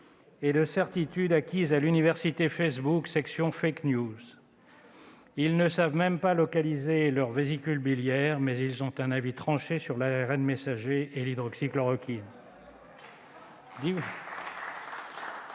et de certitudes acquises à l'université Facebook, section. Ils ne savent même pas localiser leur vésicule biliaire, mais ils ont un avis tranché sur l'ARN messager et l'hydroxychloroquine.